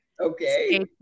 Okay